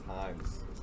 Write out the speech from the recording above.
times